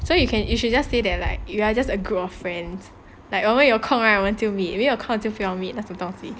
so you can you should just say that like you are just a group of friends like 我们有空 right 我们就 meet 没有空就不要 meet